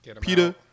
Peter